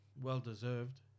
well-deserved